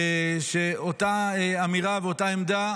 שאותה אמירה ואותה עמדה